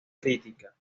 crítica